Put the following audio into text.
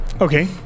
Okay